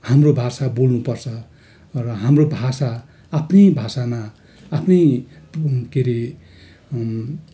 हाम्रो भाषा बोल्नुपर्छ र हाम्रो भाषा आफ्नै भाषामा आफ्नै के अरे